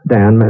Dan